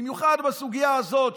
במיוחד בסוגיה הזאת,